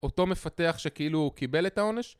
אותו מפתח שכאילו קיבל את העונש?